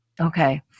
Okay